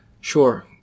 Sure